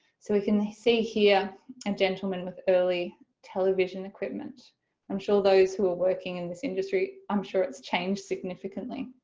so we can see here a and gentlemen with early television equipment i'm sure those who are working in this industry, i'm sure it's changed significantly